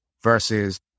versus